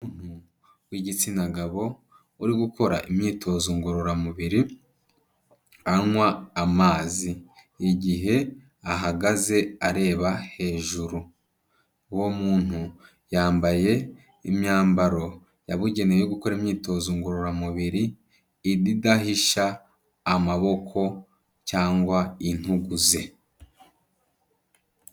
Umuntu w'igitsina gabo uri gukora imyitozo ngororamubiri anywa amazi, igihe ahagaze areba hejuru, uwo muntu yambaye imyambaro yabugenewe yo gukora imyitozo ngororamubiri idahisha amaboko cyangwa intugu ze.